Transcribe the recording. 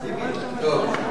הציבורי.